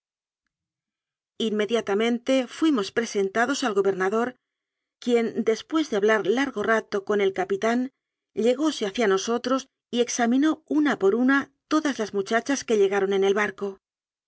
inmediatamente fuimos presentados al goberna dor quien después de hablar largo rato con el ca pitán llegóse hacia nosotros y examinó una por una todas las muchachas que llegaron en el barco